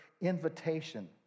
invitation